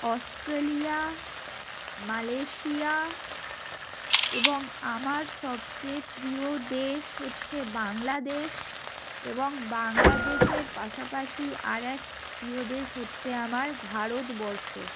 Australia Malaysia এবং আমার সবচেয়ে প্রিয় দেশ হচ্ছে বাংলাদেশ এবং বাংলাদেশের পাশাপাশি আর এক প্রিয় দেশ হচ্ছে আমার ভারতবর্ষ